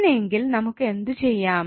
അങ്ങനെയെങ്കിൽ നമുക്ക് എന്ത് ചെയ്യാം